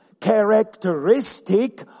characteristic